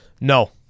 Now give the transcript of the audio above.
No